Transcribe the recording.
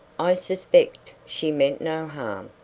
i suspect she meant no harm,